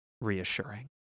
reassuring